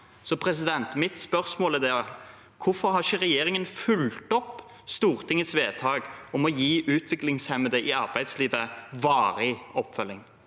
Så mitt spørsmål er: Hvorfor har ikke regjeringen fulgt opp Stortingets vedtak om å gi utviklingshemmede i arbeidslivet varig oppfølging?